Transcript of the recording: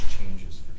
changes